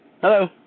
hello